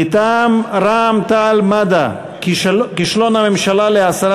מטעם רע"ם-תע"ל-מד"ע: כישלון הממשלה בהסרת